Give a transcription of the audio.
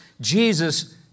Jesus